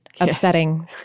upsetting